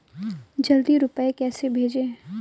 जल्दी रूपए कैसे भेजें?